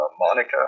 Monica